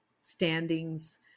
standings